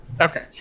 okay